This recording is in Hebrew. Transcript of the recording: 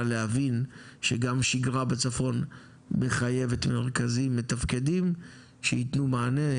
להבין שגם שגרה בצפון מחייבת מרכזים מתפקדים שיתנו מענה,